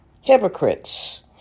Hypocrites